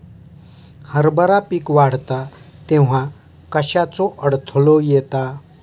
हरभरा पीक वाढता तेव्हा कश्याचो अडथलो येता?